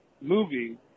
movie